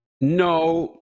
No